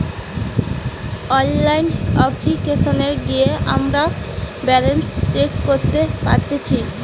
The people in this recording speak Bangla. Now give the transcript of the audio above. অনলাইন অপ্লিকেশনে গিয়ে আমরা ব্যালান্স চেক করতে পারতেচ্ছি